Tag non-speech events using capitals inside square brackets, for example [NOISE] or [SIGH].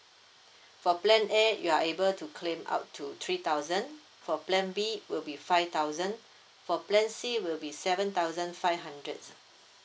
[BREATH] for plan A you're able to claim up to three thousand for plan B will be five thousand for plan C will be seven thousand five hundred